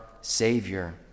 Savior